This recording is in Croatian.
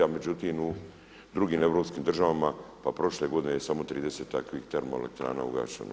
Međutim, u drugim europskim državama pa prošle godine je samo 30 takvih termo elektrana ugašeno.